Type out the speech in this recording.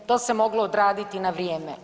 To se moglo odraditi na vrijeme.